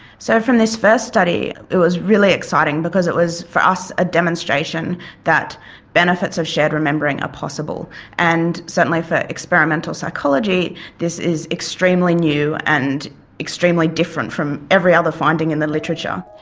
so from this first study it was really exciting because it was for us a demonstration that the benefits of shared remembering are possible and certainly for experimental psychology this is extremely new and extremely different from every other finding in the literature.